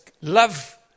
Love